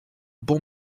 bon